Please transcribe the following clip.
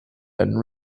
been